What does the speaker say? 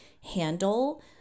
handle